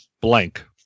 blank